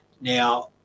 now